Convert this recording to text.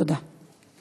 תודה.